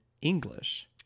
English